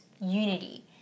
Unity